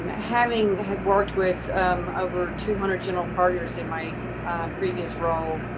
um having worked with over two hundred general partners in my previous role